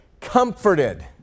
comforted